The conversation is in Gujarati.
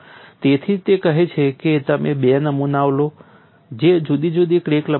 તેથી જ તે કહે છે કે તમે 2 નમૂનાઓ લો છો જે જુદી જુદી ક્રેક લંબાઈના છે